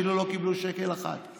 שאפילו לא קיבלו שקל אחד.